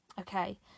Okay